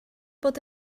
bod